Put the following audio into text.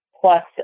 plus